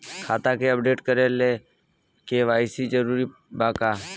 खाता के अपडेट करे ला के.वाइ.सी जरूरी बा का?